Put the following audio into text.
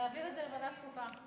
להעביר לוועדת החוקה.